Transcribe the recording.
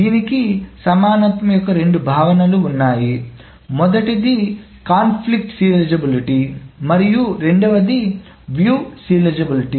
దీనికి సమానత్వం యొక్క రెండు భావనలు ఉన్నాయి మొదట సంఘర్షణ సీరియలైజబిలిటీ మరియు రెండవది వ్యూ సీరియలైజబిలిటీ